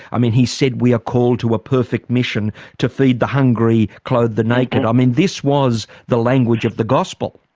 i mean, he said we are ah called to a perfect mission to feed the hungry, clothe the naked. i mean, this was the language of the gospel.